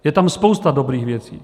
Je tam spousta dobrých věcí.